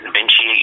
Vinci